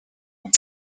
when